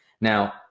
Now